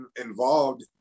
involved